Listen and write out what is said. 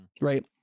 Right